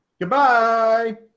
Goodbye